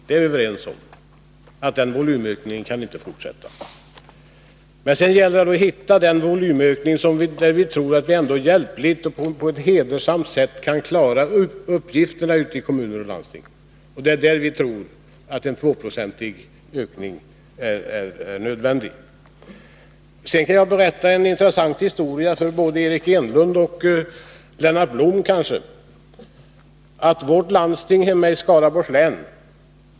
Vi är överens om att en sådan volymökning inte kan fortsätta. Sedan gäller det att hitta den volymökning genom vilken vi hjälpligt och på ett hedervärt sätt kan klara kommunernas och landstingens uppgifter. Där tror vi att en tvåprocentig ökning är nödvändig. Jag kan för både Eric Enlund och Lennart Blom berätta en intressant historia.